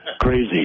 crazy